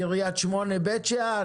קריית שמונה ובית שאן,